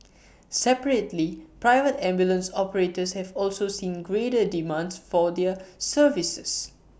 separately private ambulance operators have also seen greater demands for their services